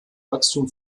wachstum